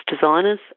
designers